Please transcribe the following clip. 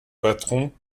patron